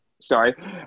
sorry